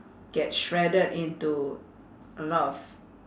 get shredded into a lot of